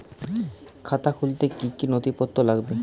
খাতা খুলতে কি কি নথিপত্র লাগবে?